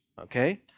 okay